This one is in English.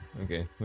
Okay